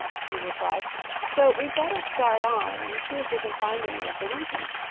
she replied so we'd better start on and see if we can find any of the winkies.